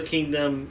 Kingdom